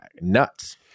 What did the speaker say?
nuts